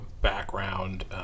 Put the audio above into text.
background